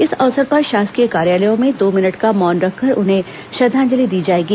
इस अवसर पर शासकीय कार्यालयों में दो मिनट का मौन रखकर उन्हें श्रद्वांजलि दी जाएगी